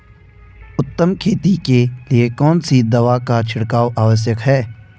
उत्तम खेती के लिए कौन सी दवा का छिड़काव आवश्यक है?